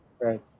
right